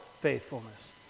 faithfulness